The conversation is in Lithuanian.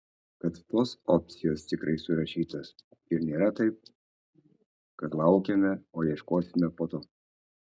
tad tos opcijos tikrai surašytos ir nėra taip kad laukiame o ieškosime po to